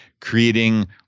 creating